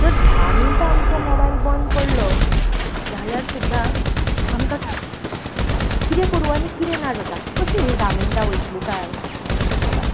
जर धा मिण्टां आमचो मोबायल बंद पडलो जाल्यार सुद्दां आमकां कितें करूं आनी कितें ना जाता कशें हीं धा मिण्टां वयतलीं कांय अशें जाता